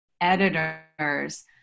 editors